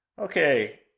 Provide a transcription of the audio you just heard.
okay